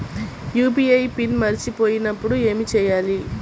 UPI PIN మరచిపోయినప్పుడు ఏమి చేయాలి?